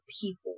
people